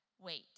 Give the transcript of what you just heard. wait